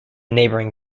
neighboring